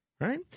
Right